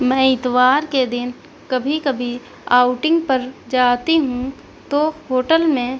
میں اتوار کے دن کبھی کبھی آؤٹنگ پر جاتی ہوں تو ہوٹل میں